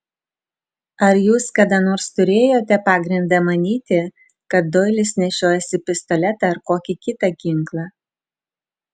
ar jūs kada nors turėjote pagrindą manyti kad doilis nešiojasi pistoletą ar kokį kitą ginklą